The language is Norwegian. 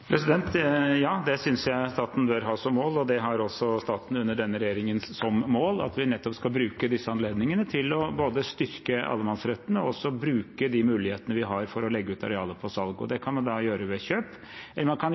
Ja, det synes jeg staten bør ha som mål, og det har også staten under denne regjeringen som mål, at vi nettopp skal bruke disse anledningene til å styrke allemannsretten og bruke de mulighetene vi har for å legge ut arealer for salg. Det kan man gjøre ved kjøp, eller man kan